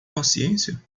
paciência